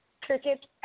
cricket